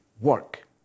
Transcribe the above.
work